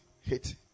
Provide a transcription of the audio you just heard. hit